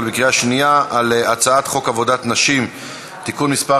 קריאה שנייה על הצעת חוק עבודת נשים (תיקון מס'